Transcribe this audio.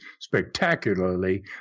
spectacularly